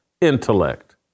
intellect